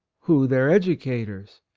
who their educators?